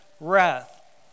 wrath